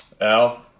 Al